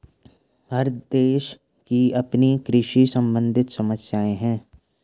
हर देश की अपनी कृषि सम्बंधित समस्याएं हैं